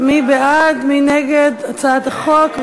מי בעד, מי נגד הצעת החוק?